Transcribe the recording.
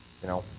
you know,